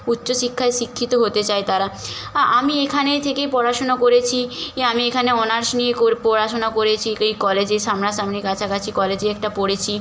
উচ্চশিক্ষায় শিক্ষিত হতে চায় তারা আ আমি এখানে থেকে পড়াশোনা করেছি ই আমি এখানে অনার্স নিয়ে কোর পড়াশোনা করেছি এই কলেজে সামনাসামনি কাছাকাছি কলেজে একটা পড়েছি